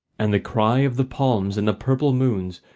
and the cry of the palms and the purple moons,